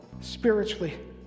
spiritually